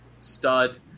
stud